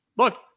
Look